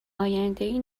آیندهای